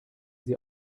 sie